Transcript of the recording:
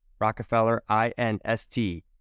Rockefeller-I-N-S-T